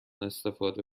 استفاده